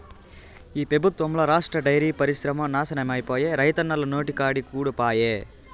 ఈ పెబుత్వంల రాష్ట్ర డైరీ పరిశ్రమ నాశనమైపాయే, రైతన్నల నోటికాడి కూడు పాయె